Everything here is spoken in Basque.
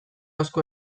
asko